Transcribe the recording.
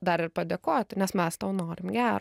dar ir padėkoti nes mes tau norim gero